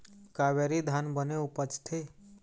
कावेरी धान बने उपजथे?